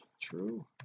true